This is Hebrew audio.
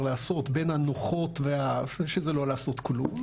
לעשות בין הנוחות שזה לא לעשות כלום,